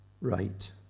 right